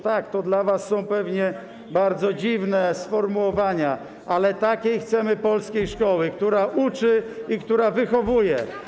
Tak, to dla was są pewnie bardzo dziwne sformułowania, ale takiej chcemy polskiej szkoły, która uczy i która wychowuje.